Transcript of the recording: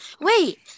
Wait